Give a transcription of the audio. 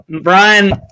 Brian